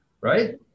right